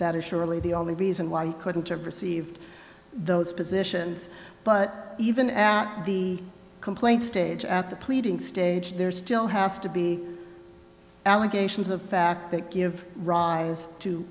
that is surely the only reason why he couldn't have received those positions but even at the complaint stage at the pleading stage there still has to be allegations of fact that give rise to